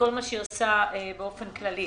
מכל מה שהיא עושה באופן כללי.